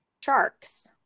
Sharks